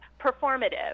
performative